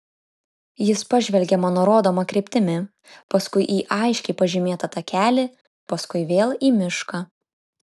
jis pažvelgė mano rodoma kryptimi paskui į aiškiai pažymėtą takelį paskui vėl į mišką